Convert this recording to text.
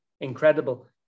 incredible